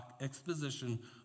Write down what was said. exposition